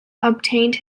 obtained